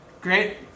great